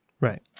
Right